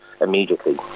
immediately